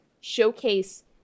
showcase